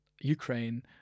Ukraine